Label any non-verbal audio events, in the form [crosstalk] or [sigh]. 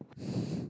[breath]